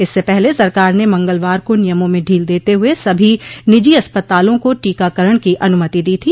इससे पहले सरकार ने मंगलवार को नियमों में ढील देते हुए सभी निजी अस्पतालों को टीकाकरण की अनुमति दी थी